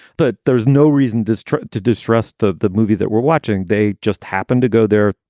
but there is no reason district to distrust the the movie that we're watching. they just happened to go there.